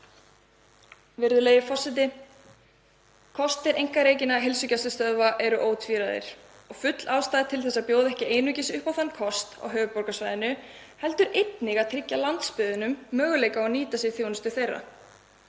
Virðulegi forseti. Kostir einkarekinna heilsugæslustöðva eru ótvíræðir og full ástæða til að bjóða ekki einungis upp á þann kost á höfuðborgarsvæðinu heldur einnig að tryggja landsbyggðunum möguleika á að nýta sér þjónustu þeirra.